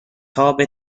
تاپ